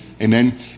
Amen